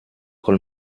col